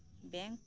bank